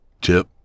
Tip